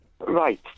right